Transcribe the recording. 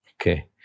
Okay